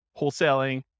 wholesaling